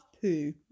poo